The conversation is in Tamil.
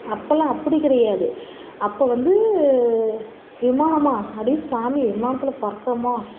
அப்போல்லாம் அப்படி கிடையாது அப்போ வந்து விமானமாக அடி சாமி விமானத்தில் பறக்கிறோமா